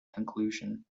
conclusion